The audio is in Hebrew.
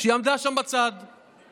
שהיא עמדה שם בצד מבוהלת,